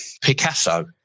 Picasso